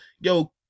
Yo